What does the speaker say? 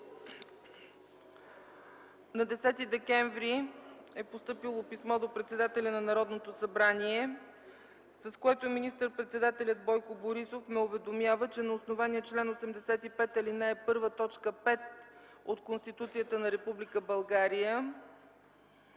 на 10 декември е постъпило писмо до председателя на Народното събрание, с което министър председателят Бойко Борисов ме уведомява, че на основание чл. 85, ал. 1, т. 5 от Конституцията на Република